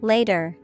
Later